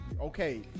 okay